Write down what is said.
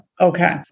Okay